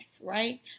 right